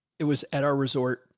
it was at our resort.